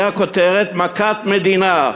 הייתה כותרת: מכת מדינה,